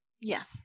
Yes